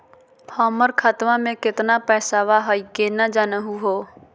हमर खतवा मे केतना पैसवा हई, केना जानहु हो?